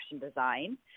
design